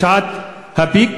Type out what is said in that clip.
בשעת ה"פיק",